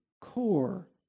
core